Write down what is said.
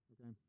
okay